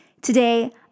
Today